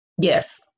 Yes